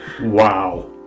Wow